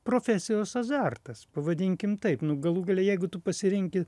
profesijos azartas pavadinkim taip nu galų gale jeigu tu pasirenki